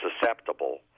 susceptible